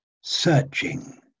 searching